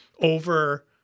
over